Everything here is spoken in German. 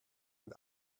und